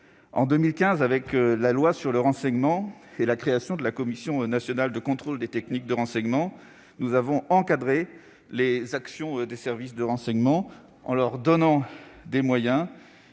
En 2015, avec la loi relative au renseignement et la création de la Commission nationale de contrôle des techniques de renseignement, nous avons encadré les actions des services de renseignement, en leur donnant des moyens